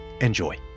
Enjoy